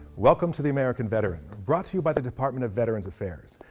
welcome to the american veteran brought to you by the department of veterans affairs.